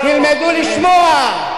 תלמדו לשמוע.